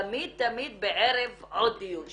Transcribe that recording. תמיד תמיד בערב עוד דיון שקבעתי.